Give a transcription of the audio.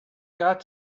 got